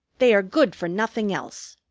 they are good for nothing else.